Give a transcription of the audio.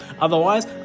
Otherwise